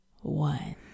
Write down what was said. one